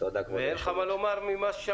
ואם יהיה אפשר לתמוך במיזם הזה